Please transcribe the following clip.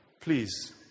please